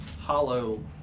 hollow